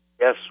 Yes